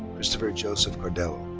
christopher joseph cardello.